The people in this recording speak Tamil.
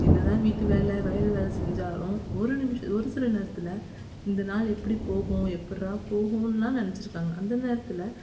என்னதான் வீட்டு வேலை வயல் வேலை செஞ்சாலும் ஒரு நிமிடம் ஒரு சில நேரத்தில் இந்த நாள் எப்படி போகும் எப்பட்ரா போகும்லாம் நினைச்சிருக்காங்க அந்த நேரத்தில்